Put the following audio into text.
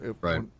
Right